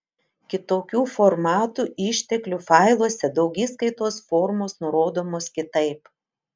kitokių formatų išteklių failuose daugiskaitos formos nurodomos kitaip